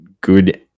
good